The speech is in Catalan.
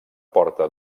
porta